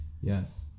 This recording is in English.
Yes